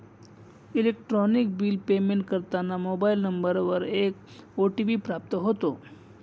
electronic bill payment करताना mobile नंबरवर एक ओ.टी.पी प्राप्त होतो